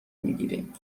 میگیریم